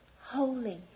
holy